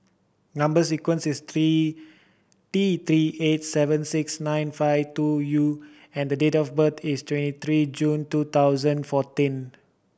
number sequence is three T Three eight seven six nine five two U and date of birth is twenty three June two thousand fourteen